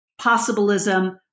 Possibilism